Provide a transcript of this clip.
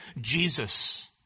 Jesus